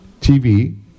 TV